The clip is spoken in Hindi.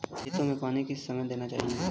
खेतों में पानी किस समय देना चाहिए?